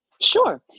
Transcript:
Sure